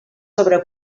sobre